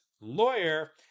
lawyer